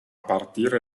partire